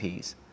Ps